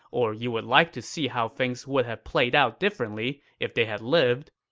or you would like to see how things would have played out differently if they had lived?